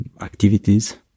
activities